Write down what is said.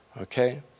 Okay